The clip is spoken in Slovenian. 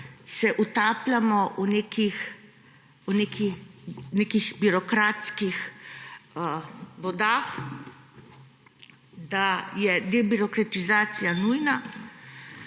se utapljamo v nekih birokratskih vodah, da je debirokratizacija nujna,